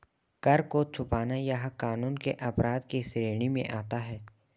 कर को छुपाना यह कानून के अपराध के श्रेणी में आता है